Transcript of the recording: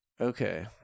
Okay